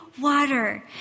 water